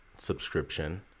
Subscription